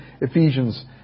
Ephesians